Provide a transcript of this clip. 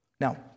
Now